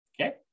Okay